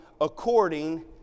according